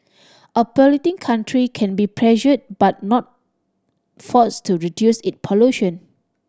a polluting country can be pressured but not forced to reduce it pollution